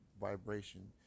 vibration